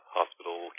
hospital